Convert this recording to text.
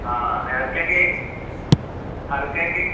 हा ऐं हर कंहिंखे हर कंहिंखे